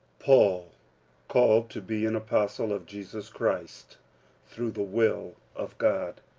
paul called to be an apostle of jesus christ through the will of god,